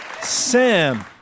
Sam